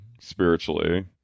spiritually